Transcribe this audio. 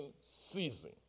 season